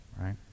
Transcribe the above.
Right